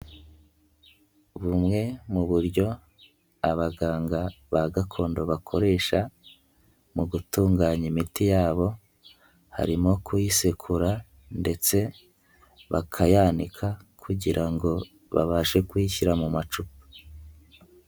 Bumwe mu buryo abaganga ba gakondo bakoresha mu gutunganya imiti yabo harimo kuyisekura ndetse bakayanika kugira ngo babashe kuyishyira mu macupa.